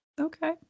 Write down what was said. Okay